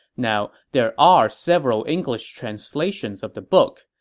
now, there are several english translations of the book.